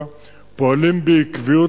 אנו מבינים את המצוקה ופועלים בעקביות